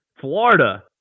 Florida